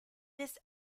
this